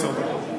עשר דקות.